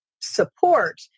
support